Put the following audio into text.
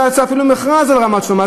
לא יצא אפילו מכרז על רמת-שלמה.